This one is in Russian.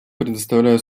предоставляю